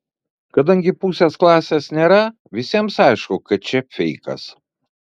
kadangi pusės klasės nėra visiems aišku kad čia feikas